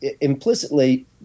Implicitly